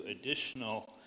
additional